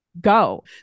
Go